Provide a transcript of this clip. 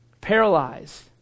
paralyzed